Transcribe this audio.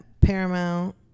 Paramount